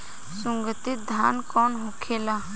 सुगन्धित धान कौन होखेला?